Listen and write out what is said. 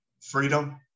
freedom